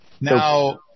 Now